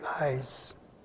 Eyes